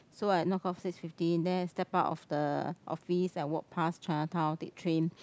so I knock off six fifteen then step out of the office I walk pass Chinatown take train